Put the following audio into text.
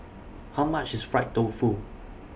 How much IS Fried Tofu